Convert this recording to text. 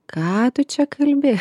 ką tu čia kalbi